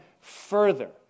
further